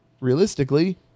realistically